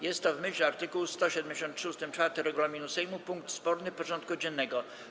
Jest to, w myśl art. 173 ust. 4 regulaminu Sejmu, punkt sporny porządku dziennego.